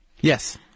Yes